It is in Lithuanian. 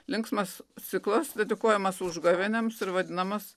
linksmas ciklas dedikuojamas užgavėnėms ir vadinamas